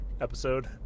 episode